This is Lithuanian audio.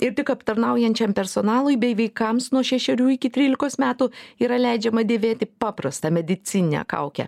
ir tik aptarnaujančiam personalui bei vaikams nuo šešerių iki trylikos metų yra leidžiama dėvėti paprastą medicininę kaukę